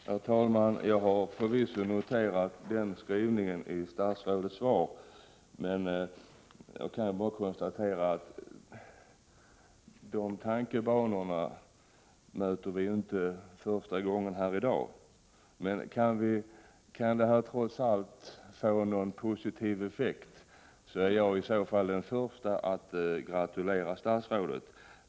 Herr talman! Jag har förvisso noterat den skrivningen i statsrådets svar. Jag kan bara konstatera att det inte är första gången vi möter dessa tankar. Kan det trots allt få någon positiv effekt, är jag den förste att gratulera statsrådet.